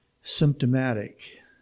symptomatic